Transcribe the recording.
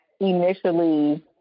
initially